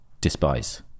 Despise